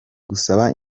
gusaba